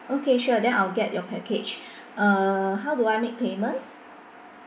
okay sure then I'll get your package uh how do I make payment